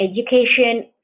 education